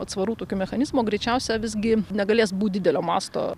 atsvarų tokių mechanizmo greičiausia visgi negalės būt didelio masto